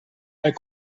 hij